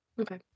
Okay